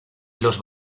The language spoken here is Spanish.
los